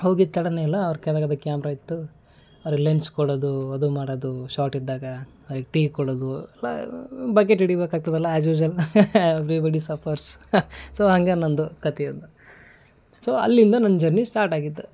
ಹೋಗಿದ್ದು ತಡವೇ ಇಲ್ಲ ಅವ್ರ ಕಡೆಗದು ಕ್ಯಾಮ್ರ ಇತ್ತು ರಿಲೆನ್ಸ್ ಕೊಡೋದು ಅದು ಮಾಡೋದು ಶಾಟ್ ಇದ್ದಾಗ ಅವ್ರಿಗೆ ಟೀ ಕೊಡೋದು ಎಲ್ಲ ಬಕೆಟ್ ಹಿಡಿಯಬೇಕಾಗ್ತದಲ್ಲ as usual everybody suffers so ಹಂಗೇ ನನ್ನದು ಕಥೆ ಒಂದು ಸೊ ಅಲ್ಲಿಂದ ನನ್ನ ಜರ್ನಿ ಸ್ಟಾರ್ಟಾಗಿದ್ದು